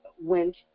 went